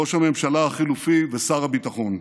ראש הממשלה החלופי ושר הביטחון,